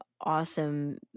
awesome